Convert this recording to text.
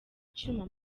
icyuma